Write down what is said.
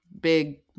big